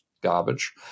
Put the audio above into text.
garbage